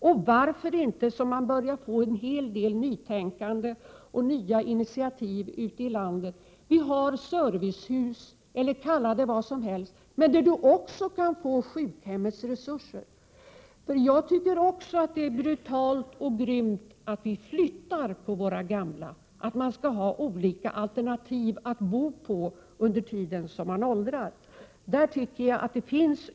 Det finns ett nytänkande ute i landet och det tas initiativ. Det finns vad vi kan kalla servicehus med sjukhemmets resurser. Även jag tycker att det är både brutalt och grymt att flytta gamla människor. Det skall finnas alternativa boendeformer för dem under den tid de åldras.